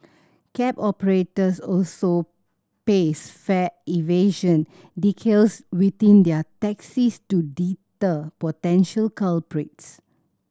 cab operators also paste fare evasion within their taxis to deter potential culprits